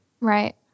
Right